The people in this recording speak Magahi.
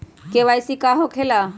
के.वाई.सी का हो के ला?